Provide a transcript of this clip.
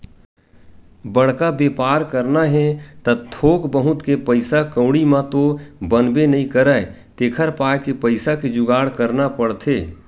बड़का बेपार करना हे त थोक बहुत के पइसा कउड़ी म तो बनबे नइ करय तेखर पाय के पइसा के जुगाड़ करना पड़थे